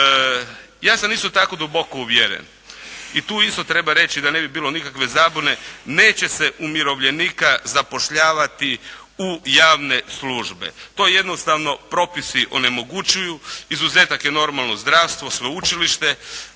Ja sam isto tako duboko uvjeren i tu isto treba reći da ne bi bilo nikakve zabune neće se umirovljenika zapošljavati u javne službe. To jednostavno propisi onemogućuju. Izuzetak je normalno zdravstvo, sveučilište.